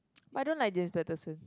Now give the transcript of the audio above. I don't like James-Patterson